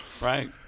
right